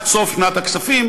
עד סוף שנת התקציב,